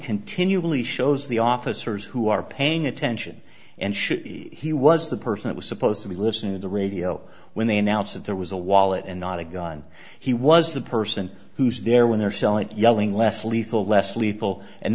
continually shows the officers who are paying attention and he was the person it was supposed to be listening to the radio when they announced that there was a wallet and not a gun he was the person who's there when they're selling yelling less lethal less lethal and